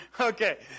Okay